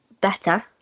better